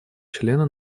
члена